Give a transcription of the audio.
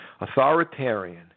Authoritarian